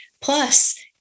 plus